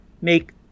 make